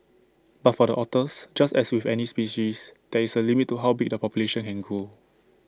but for the otters just as with any species there is A limit to how big the population can grow